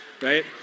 Right